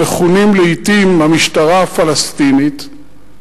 המכונים לעתים "המשטרה הפלסטינית",